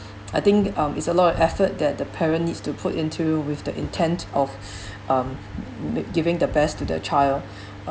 I think um it's a lot of effort that the parent needs to put into with the intent of um giving the best to their child